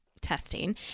testing